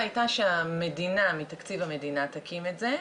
הייתה שהמדינה מתקציב המדינה תקים את זה.